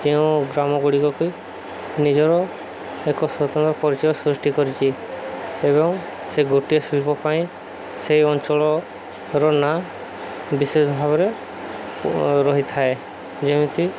ଯେଉଁ ଗ୍ରାମ ଗୁଡ଼ିକକି ନିଜର ଏକ ସ୍ୱତନ୍ତ୍ର ପରିଚୟ ସୃଷ୍ଟି କରିଛି ଏବଂ ସେ ଗୋଟିଏ ଶିଳ୍ପ ପାଇଁ ସେଇ ଅଞ୍ଚଳର ନାଁ ବିଶେଷ ଭାବରେ ରହିଥାଏ ଯେମିତି